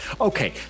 okay